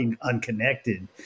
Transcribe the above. unconnected